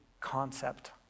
concept